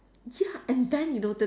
ya and then you know the